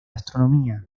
astronomía